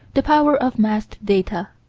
the power of massed data.